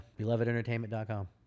Belovedentertainment.com